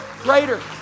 Greater